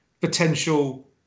potential